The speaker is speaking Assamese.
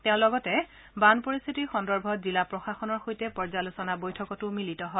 তেওঁ লগতে বান পৰিস্থিতি সন্দৰ্ভত জিলা প্ৰশাসনৰ সৈতে পৰ্যালোচনা বৈঠকতো মিলিত হয়